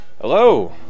Hello